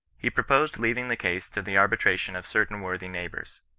he proposed leaving the case to the arbitration of certain worthy neighbours.